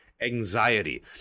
anxiety